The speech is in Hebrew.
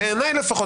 בעיניי לפחות,